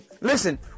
listen